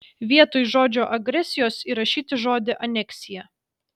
vietoj žodžio agresijos įrašyti žodį aneksija